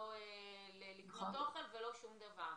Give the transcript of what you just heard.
לא לקנות אוכל ולא שום דבר.